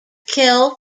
kill